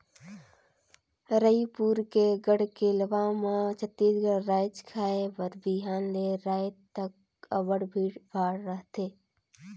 रइपुर के गढ़कलेवा म छत्तीसगढ़ जाएत खाए बर बिहान ले राएत तक अब्बड़ भीड़ भाड़ रहथे